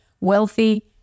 Wealthy